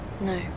No